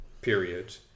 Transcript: period